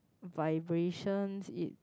vibrations it